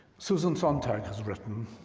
susan sontag has written,